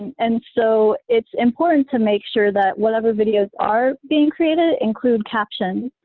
and so it's important to make sure that what other videos are being created include captions,